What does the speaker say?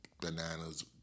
bananas